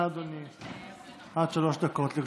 בבקשה, אדוני, עד שלוש דקות לרשותך.